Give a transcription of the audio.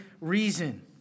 reason